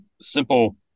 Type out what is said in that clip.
simple